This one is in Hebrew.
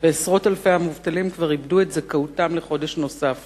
ועשרות אלפי המובטלים כבר איבדו את זכאותם לחודש נוסף